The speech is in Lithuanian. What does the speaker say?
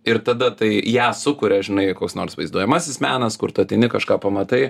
ir tada tai ją sukuria žinai koks nors vaizduojamasis menas kur tu ateini kažką pamatai